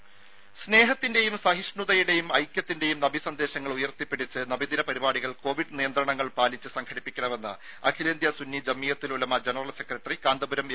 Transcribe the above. രംഭ സ്നേഹത്തിന്റെയും സഹിഷ്ണുതയുടെയും ഐക്യത്തിന്റെയും നബിസന്ദേശങ്ങൾ ഉയർത്തിപ്പിടിച്ച് നബിദിന പരിപാടികൾ കൊവിഡ് നിയന്ത്രണങ്ങൾ പാലിച്ചു സംഘടിപ്പിക്കണമെന്ന് അഖിലേന്ത്യ Sunni Jamiyyathul Ulama general secretary Kanthapuram A